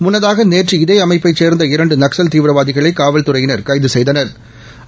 முன்னதாக நேற்று இதே அமைப்பை சேர்ந்த இரண்டு நக்சல் தீவிரவாதிகளை காவல்துறையினா் கைது செய்தனா்